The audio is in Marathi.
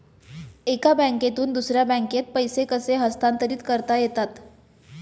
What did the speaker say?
एका बँकेतून दुसऱ्या बँकेत पैसे कसे हस्तांतरित करता येतात?